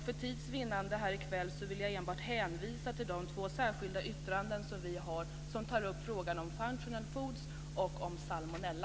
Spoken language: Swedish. För tids vinnande i kväll vill jag enbart hänvisa till de två särskilda yttranden från oss där vi tar upp frågorna om functional foods och om salmonella.